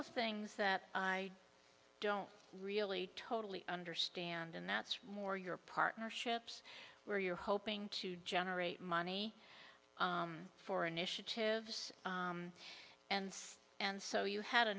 of things that i don't really totally understand and that's more your partnerships where you're hoping to generate money for initiatives and and so you had a